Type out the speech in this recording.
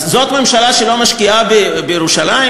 אז זאת ממשלה שלא משקיעה בירושלים?